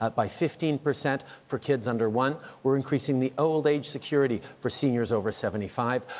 but by fifteen percent for kids under one. we're increasing the old age security for seniors over seventy five.